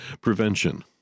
prevention